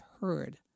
heard